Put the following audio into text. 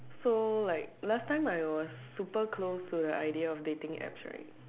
so like last time I was super closed to the idea of dating apps right